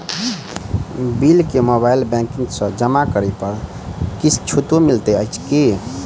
Bill केँ mobile banking सँ जमा करै पर किछ छुटो मिलैत अछि की?